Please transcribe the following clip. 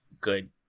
good